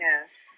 Yes